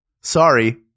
Sorry